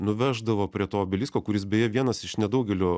nuveždavo prie to obelisko kuris beje vienas iš nedaugelio